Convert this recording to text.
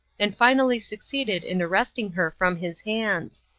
and finally succeeded in arresting her from his hands.